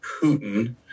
Putin